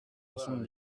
soixante